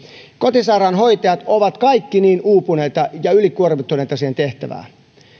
kotisairaanhoitajat ovat kaikki niin uupuneita ja ylikuormittuneita siitä tehtävästä